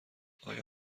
آیا